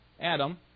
Adam